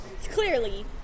clearly